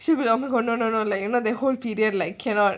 she would like almost no no no like you know the whole period like cannot